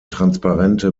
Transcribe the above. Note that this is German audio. transparente